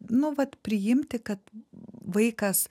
nu vat priimti kad vaikas